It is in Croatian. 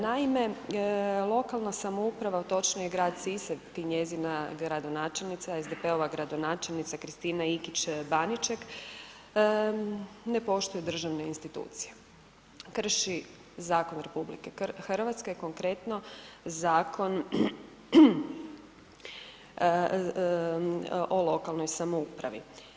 Naime, lokalna samouprava, točnije grad Sisak i njegova gradonačelnica, SDP-ova gradonačelnica Kristina Ikić Baniček ne poštuje državne institucije, krši zakon RH, konkretno Zakon o lokalnoj samoupravi.